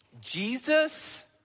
Jesus